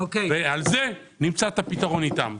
על זה נמצא את הפתרון איתם.